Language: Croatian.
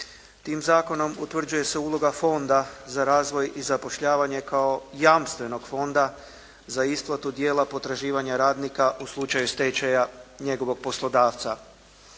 Tim zakonom utvrđuje se uloga Fonda za razvoj i zapošljavanje kao jamstvenog fonda za isplatu dijela potraživanja radnika u slučaju stečaja njegovog poslodavca.